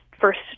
first